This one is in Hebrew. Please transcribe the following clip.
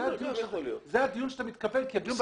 זה הדיון שאתה מתכוון אליו.